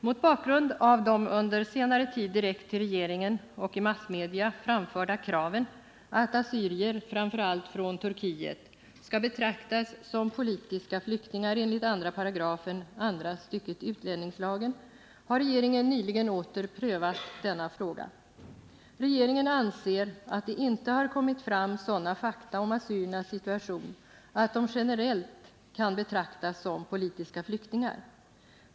Mot bakgrund av de under senare tid direkt till regeringen och i massmedia framförda kraven att assyrier, framför allt från Turkiet, skall betraktas som politiska flyktingar enligt 2 § andra stycket utlänningslagen, har regeringen nyligen åter prövat denna fråga. Regeringen anser att det inte har kommit fram sådana fakta om assyriernas situation att de generellt kan betraktas som politiska flyktingar.